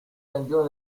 campioni